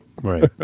Right